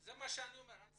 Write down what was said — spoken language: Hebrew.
זה מה שאני אומר,